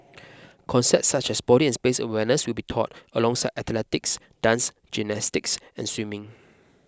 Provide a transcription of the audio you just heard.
concepts such as body and space awareness will be taught alongside athletics dance gymnastics and swimming